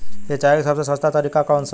सिंचाई का सबसे सस्ता तरीका कौन सा है?